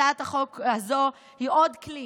הצעת החוק הזו היא עוד כלי